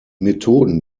methoden